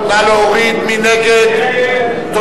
מי נגד, ירים את ידו.